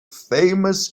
famous